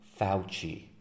Fauci